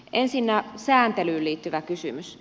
ensinnä sääntelyyn liittyvä kysymys